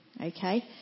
Okay